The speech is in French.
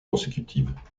consécutives